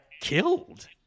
killed